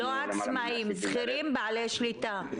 לא עצמאים, שכירים בעלי שליטה.